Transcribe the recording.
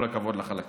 כל הכבוד לך על הכנס.